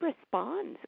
responds